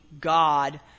God